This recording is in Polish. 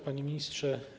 Panie Ministrze!